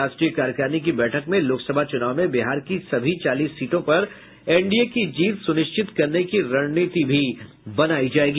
राष्ट्रीय कार्यकारिणी की बैठक में लोकसभा चुनाव में बिहार की सभी चालीस सीटों पर एनडीए की जीत सुनिश्चित करने की रणनीति भी बनाई जायेगी